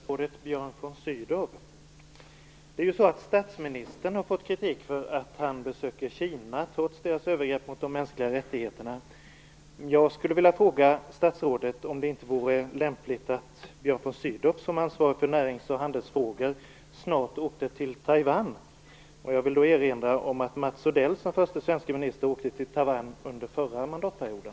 Fru talman! Jag har en fråga till statsrådet Björn von Sydow. Statsministern har ju fått kritik för att han skall besöka Kina trots dess övergrepp mot de mänskliga rättigheterna. Jag skulle vilja fråga statsrådet om det inte vore lämpligt att han, som ansvarar för närings och handelsfrågor, snart åkte till Taiwan. Jag vill då erinra om att Mats Odell som förste svenske minister åkte till Taiwan under förra mandatperioden.